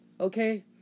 Okay